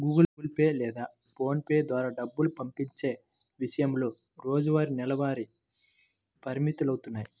Google Pay లేదా PhonePe ద్వారా డబ్బు పంపించే విషయంలో రోజువారీ, నెలవారీ పరిమితులున్నాయి